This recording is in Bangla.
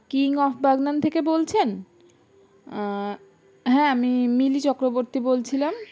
কিং অফ বাগনান থেকে বলছেন হ্যাঁ আমি মিলি চক্রবর্তী বলছিলাম